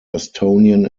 estonian